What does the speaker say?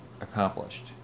accomplished